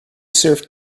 serve